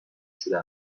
شده